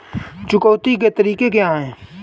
चुकौती के तरीके क्या हैं?